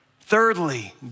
Thirdly